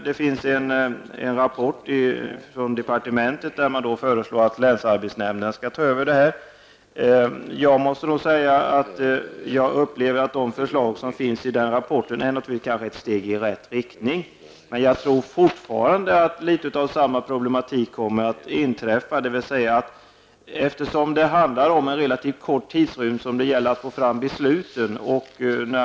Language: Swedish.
Det finns en rapport från departementet där man föreslår att länsarbetsnämnden skall ta över tillståndsgivningen. Jag upplever att de förslag som finns i den rapporten är ett steg i rätt riktning. Men jag tror fortfarande att något av samma problematik kommer att inträffa, eftersom det handlar om en relativt kort tidsrymd under vilken det gäller att få fram besluten.